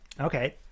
Okay